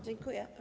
Dziękuję.